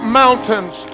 mountains